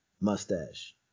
mustache